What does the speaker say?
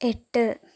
എട്ട്